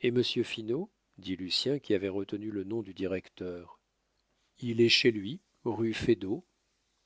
et monsieur finot dit lucien qui avait retenu le nom du directeur il est chez lui rue feydeau